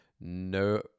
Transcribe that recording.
no